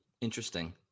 interesting